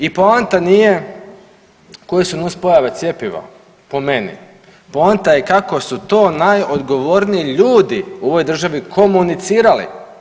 I poanta nije koje su nuspojave cjepiva po meni, poanta je kako su to najodgovorniji ljudi u ovoj državi komunicirali.